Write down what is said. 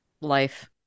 Life